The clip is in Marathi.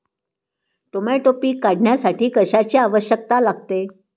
टोमॅटो पीक काढण्यासाठी कशाची आवश्यकता लागते?